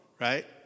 right